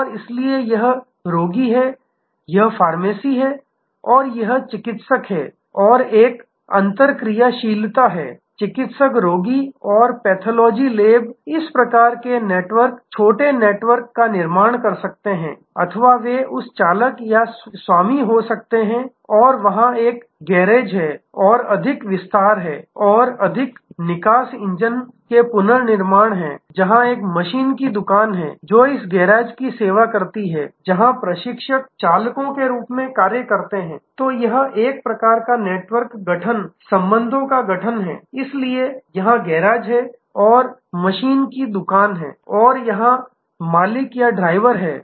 और इसलिए यह रोगी है यह फार्मेसी है और यह चिकित्सक है और एक अन्तरक्रियाशीलता है चिकित्सक रोगी और पैथोलॉजी लैब इसी प्रकार के नेटवर्क छोटे नेटवर्क का निर्माण करते हैं अथवा वे उसके चालक या स्वामी हो सकते हैं और वहां एक गैरेज है और अधिक विस्तार है और अधिक निकास इंजन के पुनर्निर्माण हैं जहां एक मशीन की दुकान है जो इस गेराज की सेवा करती है जहां प्रशिक्षक चालको के रूप में कार्य करते हैं तो यह एक अन्य प्रकार का नेटवर्क गठन संबंधों का गठन है इसलिए यहां गैरेज है और मशीन की दुकान है और यहां मालिक या ड्राइवर है